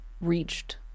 reached